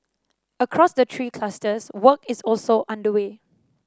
across the three clusters work is also underway